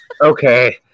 Okay